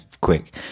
quick